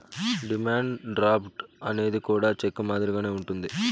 demand draft అనేది కూడా cheque మాదిరిగానే ఉంటది